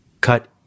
cut